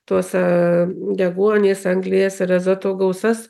tas deguonies anglies ir azoto gausas